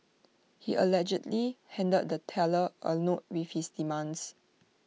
he allegedly handed the teller A note with his demands